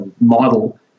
model